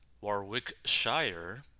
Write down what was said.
Warwickshire